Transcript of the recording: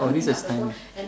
orh this is